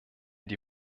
die